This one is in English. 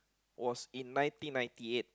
was in nineteen ninety eight